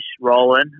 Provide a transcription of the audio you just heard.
rolling